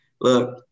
look